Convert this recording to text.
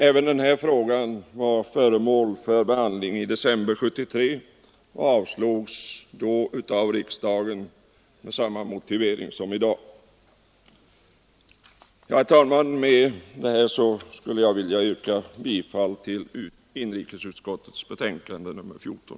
Även denna fråga var föremål för behandling i december 1973 och avslogs då av riksdagen med samma motivering som i dag. Herr talman! Med dessa ord yrkar jag bifall till inrikesutskottets hemställan i betänkandet nr 14.